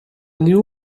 new